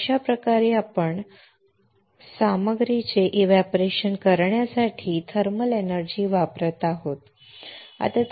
अशाप्रकारे आपण अर्ज करत आहोत किंवा सामग्रीचे बाष्पीभवन करण्यासाठी थर्मल एनर्जी वापरत आहोत अगदी छान